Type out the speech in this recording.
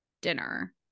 dinner